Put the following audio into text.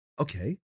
Okay